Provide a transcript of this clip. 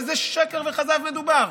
איזה שקר וכזב מדובר?